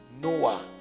Noah